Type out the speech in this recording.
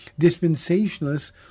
Dispensationalists